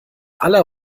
aller